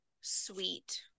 sweet